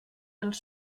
els